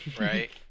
Right